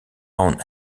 own